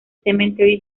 cemetery